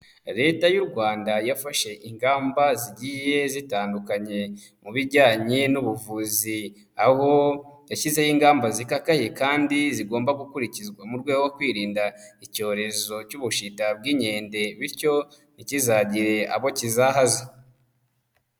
Leta y'u Rwanda yafashe ingamba zigiye zitandukanye mu bijyanye n'ubuvuzi, aho yashyizeho ingamba zikakaye kandi zigomba gukurikizwa mu rwego rwo kwirinda icyorezo cy'ubushita bw'inkende bityo ntikizagire abo kizahaza.